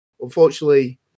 Unfortunately